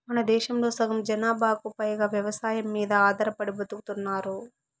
మనదేశంలో సగం జనాభాకు పైగా వ్యవసాయం మీద ఆధారపడి బతుకుతున్నారు